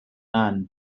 ann